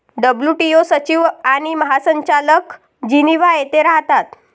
WTO सचिव आणि महासंचालक जिनिव्हा येथे राहतात